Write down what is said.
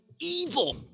evil